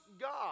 God